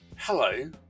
Hello